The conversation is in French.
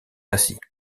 assis